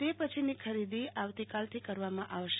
તે પછીની ખરીદી આવતીકાલ થી કરવામાં આવશે